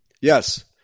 Yes